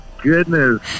goodness